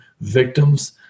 victims